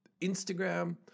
Instagram